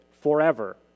forever